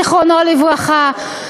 זיכרונו לברכה,